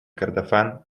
кордофан